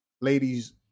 ladies